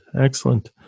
Excellent